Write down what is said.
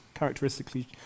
characteristically